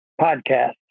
podcast